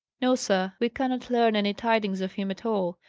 no, sir. we cannot learn any tidings of him at all.